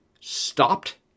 stopped